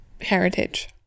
heritage